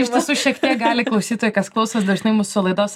iš tiesų šiek tiek gali klausytojai kas klausos dažnai mūsų laidos